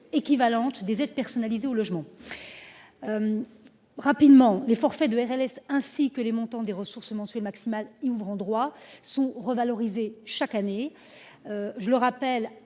équivalente des aides personnalisées au logement. Les forfaits de RLS, ainsi que les montants des ressources mensuelles maximales y ouvrant droit, sont revalorisés chaque année. Ces charges